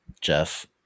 Jeff